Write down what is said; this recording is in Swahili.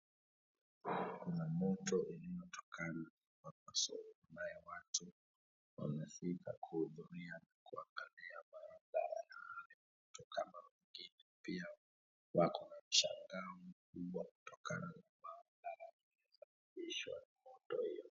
Kuna moto uliotokana hapo soko ambao watu wamefika kuhudhuria kuangalia barabara kutokana wengine pia wako na mshangao mkubwa kutokana na hio.